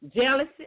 jealousy